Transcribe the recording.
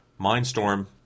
Mindstorm